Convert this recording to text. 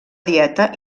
dieta